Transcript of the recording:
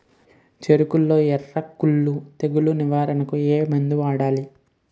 చెఱకులో ఎర్రకుళ్ళు తెగులు నివారణకు ఏ మందు వాడాలి?